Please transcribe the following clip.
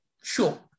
Sure